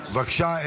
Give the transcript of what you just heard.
בבקשה,